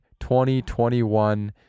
2021